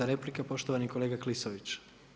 9. replika poštovani kolega Klisović.